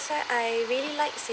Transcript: why I really like